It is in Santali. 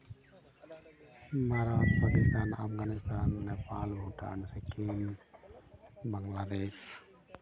ᱢᱟᱨᱟᱝ ᱯᱟᱠᱤᱥᱛᱷᱟᱱ ᱟᱯᱷᱜᱟᱱᱤᱥᱛᱷᱟᱱ ᱱᱮᱯᱟᱞ ᱵᱷᱩᱴᱟᱱ ᱥᱤᱠᱤᱢ ᱵᱟᱝᱞᱟᱫᱮᱥ